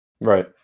right